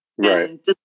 Right